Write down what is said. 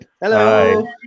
hello